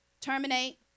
terminate